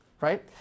right